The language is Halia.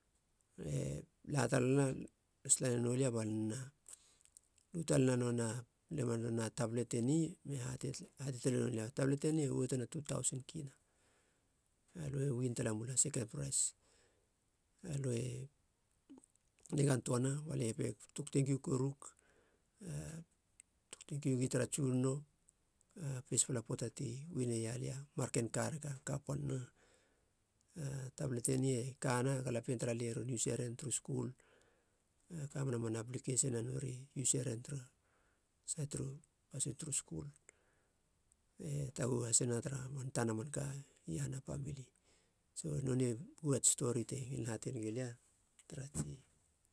Be latalana, las tala neno lia ba nonei na lu talena nonei a tablet eni be hate tale noulia, tablet eni uotena two thousand kina, alöe uin ta tala mula seken prais alöe nigan töana, balie peg, tok tengkiu korug, tok tenkiu gi tara tsunono, a pespala pöata tu uineia lia a marken ka reka, ka pannen. A tablet eni kana, galapien tara lia ron useren turu skul, e kamena man aplikesin nori e useren tara sait turu skul e taguhu has na tara man tana manka iahana pamili so nonei puku ats stori te ngilin hate negilia tara